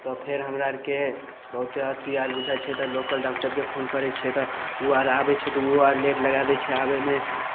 तऽ फेर हमरा आरके बहुत्ते अथी आर बुझाइत छै लोकल डाक्टरके फोन करैत छियै तऽ आर आबैत छै तऽ आर लेट लगा दै छै आबेमे